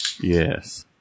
Yes